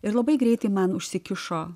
ir labai greitai man užsikišo